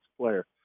player